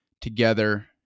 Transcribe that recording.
together